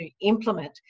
implement